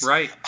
Right